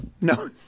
No